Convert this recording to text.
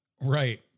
Right